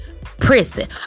prison